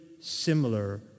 similar